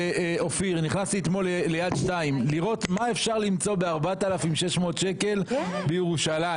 נכנסתי אתמול ל-יד 2 לראות מה אפשר למצוא ב-4,600 שקלים בירושלים.